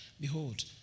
behold